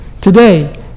Today